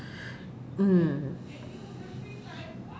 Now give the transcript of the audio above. mm